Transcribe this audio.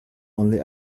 only